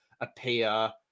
appear